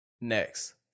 Next